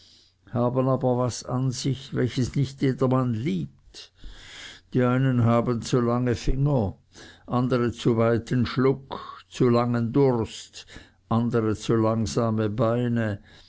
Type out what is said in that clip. haben aber was an sich welches nicht jedermann liebt die einen haben zu lange finger andere zu weiten schluck zu langen durst andere zu langsame beine